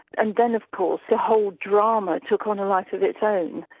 and then of course the whole drama took on a life of its own.